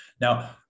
Now